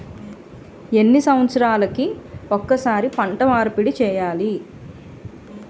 ఎన్ని సంవత్సరాలకి ఒక్కసారి పంట మార్పిడి చేయాలి?